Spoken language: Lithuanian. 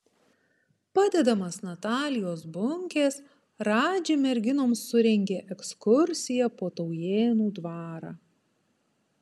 padedamas natalijos bunkės radži merginoms surengė ekskursiją po taujėnų dvarą